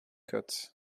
cut